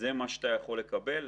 זה מה שאתה יכול לקבל.